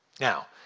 Now